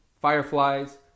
fireflies